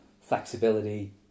flexibility